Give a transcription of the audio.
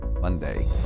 Monday